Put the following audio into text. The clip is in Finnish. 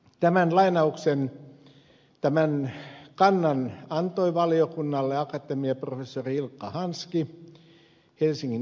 tämän lainauksen tämän kannan antoi valiokunnalle akatemiaprofessori ilkka hanski helsingin yliopistosta